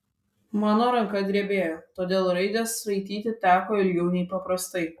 mano ranka drebėjo todėl raides raityti teko ilgiau nei paprastai